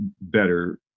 better